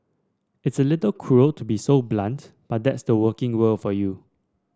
it's a little cruel to be so blunt but that's the working world for you